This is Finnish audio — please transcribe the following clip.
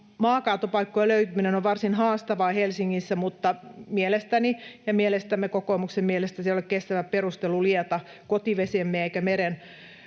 maankaatopaikkojen löytyminen on varsin haastavaa Helsingissä, mutta mielestäni ja mielestämme, kokoomuksen mielestä, se ei ole kestävä perustelu liata kotivesiemme eikä